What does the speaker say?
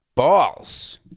Balls